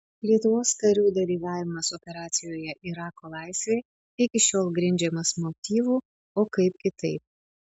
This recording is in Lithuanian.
lietuvos karių dalyvavimas operacijoje irako laisvė iki šiol grindžiamas motyvu o kaip kitaip